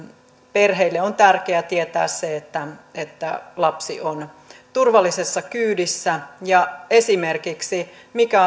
perheille on tärkeää tietää se että että lapsi on turvallisessa kyydissä esimerkiksi asia mikä